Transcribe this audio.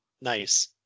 Nice